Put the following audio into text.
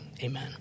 amen